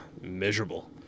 miserable